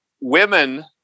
women